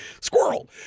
Squirrel